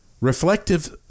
reflective